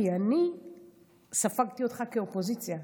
כי אני ספגתי אותך כאופוזיציה,